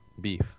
beef